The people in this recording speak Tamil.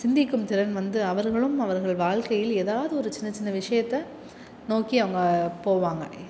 சிந்திக்கும் திறன் வந்து அவர்களும் அவர்கள் வாழ்க்கையில் ஏதாவது ஒரு சின்ன சின்ன விஷயத்தை நோக்கி அவங்க போவாங்க